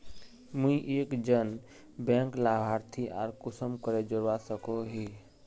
मुई एक जन बैंक लाभारती आर कुंसम करे जोड़वा सकोहो ही?